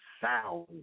sound